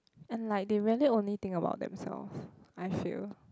and like they really only think about themselves I feel